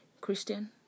Christian